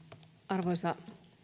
arvoisa